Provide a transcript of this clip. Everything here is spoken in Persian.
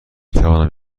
توانم